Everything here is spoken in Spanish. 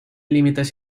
límites